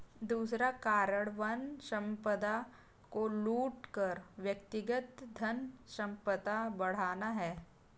दूसरा कारण वन संपदा को लूट कर व्यक्तिगत धनसंपदा बढ़ाना है